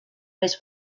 més